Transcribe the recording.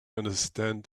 understand